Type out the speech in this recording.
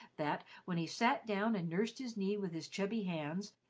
that, when he sat down and nursed his knee with his chubby hands,